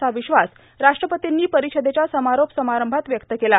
असा विश्वास राष्ट्रपतींनी परिषदेच्या समारोप समारंभात व्यक्त केला